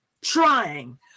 trying